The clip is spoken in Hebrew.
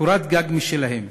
קורת גג משלהם.